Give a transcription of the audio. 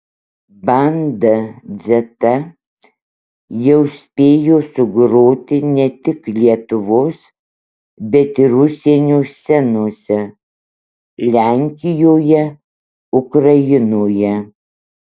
banda dzeta jau spėjo sugroti ne tik lietuvos bet ir užsienio scenose lenkijoje ukrainoje